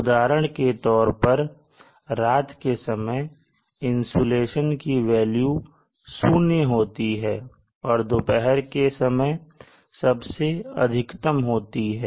उदाहरण के तौर पर रात के समय इंसुलेशन की वेल्यू शून्य होती है और दोपहर के समय यह सबसे अधिकतम होती है